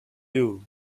you